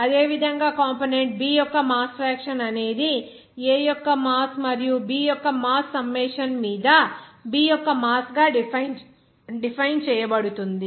అదేవిధంగాకంపోనెంట్ B యొక్క mass fraction అనేది A యొక్క మాస్ మరియు B యొక్క మాస్ సమ్మేషన్ మీద B యొక్క మాస్ గా డిఫైన్ చేయబడుతుంది